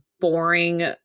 boring